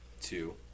two